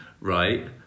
right